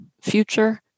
future